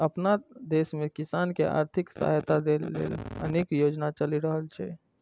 अपना देश मे किसान कें आर्थिक सहायता दै लेल अनेक योजना चलि रहल छै